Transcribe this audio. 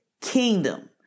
kingdom